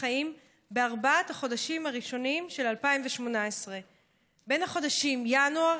החיים בארבעת החודשים הראשונים של 2018. בין החודשים ינואר